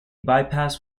bypass